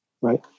right